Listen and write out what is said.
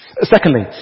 Secondly